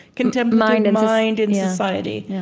contemplative mind and mind and society.